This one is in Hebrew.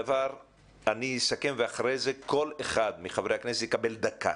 אני אסכם ואחרי זה כל אחד מחברי הכנסת יקבל דקה,